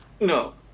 No